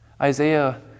Isaiah